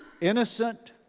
innocent